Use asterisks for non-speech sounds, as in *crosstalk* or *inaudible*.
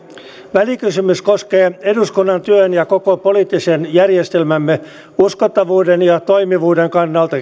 välikysymys koskee eduskunnan työn ja koko poliittisen järjestelmämme uskottavuuden ja toimivuuden kannalta *unintelligible*